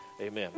Amen